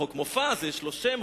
לחוק מופז יש שם,